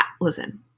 listen